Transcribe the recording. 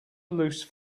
loose